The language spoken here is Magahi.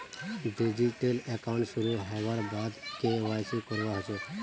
डिजिटल अकाउंट शुरू हबार बाद के.वाई.सी करवा ह छेक